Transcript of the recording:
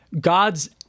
God's